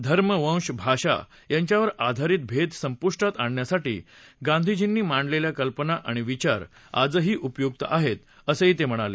धर्म वंश भाषा यांच्यावर आधारित भेद संपुष्टात आणण्यासाठी गांधीजींनी मांडलेल्या कल्पना आणि विचार आजही उपयुक्त आहेत असं ते म्हणाले